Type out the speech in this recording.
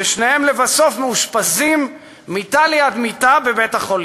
ושניהם לבסוף מאושפזים מיטה ליד מיטה בבית-החולים.